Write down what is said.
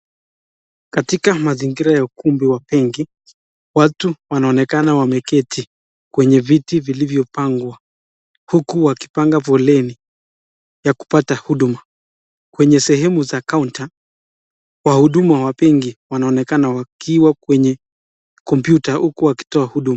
Katika mazingira ya ukumbi wa benki. Watu wanaonekana wameketi kwenye viti vilivyopangwa, huku wakipanga foleni ya kupata huduma. Kwenye sehemu za counter wahuduma wa benki wanaonekana wakiwa kwenye computer huku wakitoa huduma.